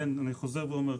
אני חוזר ואומר,